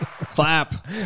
Clap